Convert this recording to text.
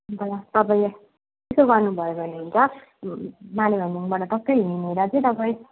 अन्त तपाईँ यसो गर्नु भयो भने हुन्छ माने भन्ज्याङबाट टक्क हिँडेर चाहिँ तपाईँ